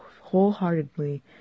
wholeheartedly